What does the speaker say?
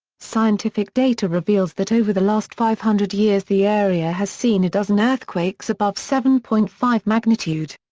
scientific data reveals that over the last five hundred years the area has seen a dozen earthquakes above seven point five magnitude.